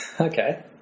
Okay